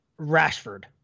Rashford